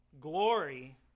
glory